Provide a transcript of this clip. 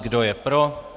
Kdo je pro?